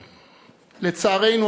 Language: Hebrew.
לצערנו,